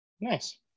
Nice